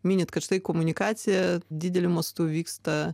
minit kad štai komunikacija dideliu mastu vyksta